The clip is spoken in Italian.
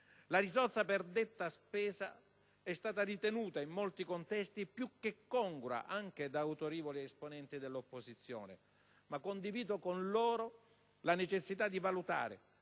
La dotazione per detta spesa è stata ritenuta, in molti contesti, più che congrua anche da autorevoli esponenti dell'opposizione, ma condivido con loro la necessità di valutare